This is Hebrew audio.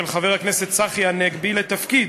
של חבר הכנסת צחי הנגבי לתפקיד